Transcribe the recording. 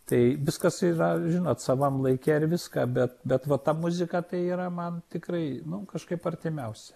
tai viskas yra žinot savam laike ir viską bet bet va ta muzika tai yra man tikrai nu kažkaip artimiausia